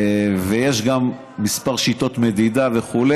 ויש גם כמה שיטות מדידה וכו',